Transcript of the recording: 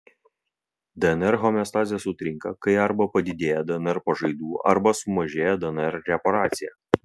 dnr homeostazė sutrinka kai arba padidėja dnr pažaidų arba sumažėja dnr reparacija